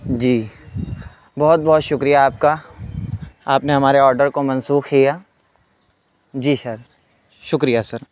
جی بہت بہت شکریہ آپ کا آپ نے ہمارے آڈر کو منسوخ کیا جی سر شکریہ سر